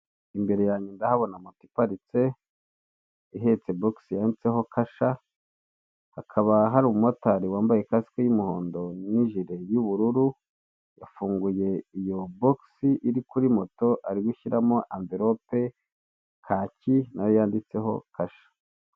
Imbere yange ndahabona moto iparitse, ihetse bokisi yanditseho kasha, hakaba hari umumotari wambaye kasike y'umuhondo n'ijire y'ubururu, yafunguye iyo bokisi iri kuri moto, ari gushyiramo amvilope kaki, na yo yanditseho kasha.